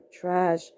trash